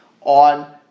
on